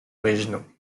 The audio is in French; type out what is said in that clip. originaux